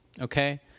Okay